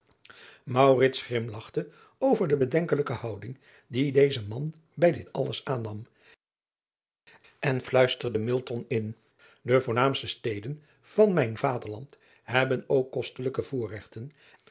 grimlachte over de bedenkelijke houding die deze man bij dit alles aannam en luisterde in e voornaamste steden van mijn vaderland hebben ook kostelijke voorregten